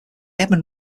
edmund